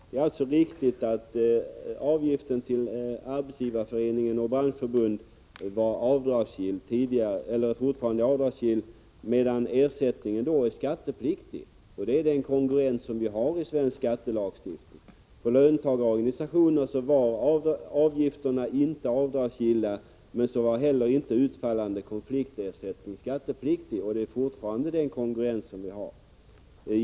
Det är riktigt att avgiften till Arbetsgivareföreningen och branschförbund varit och fortfarande är avdragsgill, samtidigt som konfliktersättningen är skattepliktig. Det är den kongruens som vi har i svensk skattelagstiftning. När det gäller löntagarorganisationerna var medlemmarnas avgifter inte avdragsgilla, men så har heller inte utfallande konfliktersättning varit skattepliktig. Där gällde alltså samma kongruens.